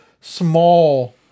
small